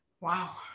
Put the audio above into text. Wow